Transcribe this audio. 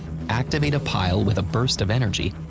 activate a pile with a burst of energy,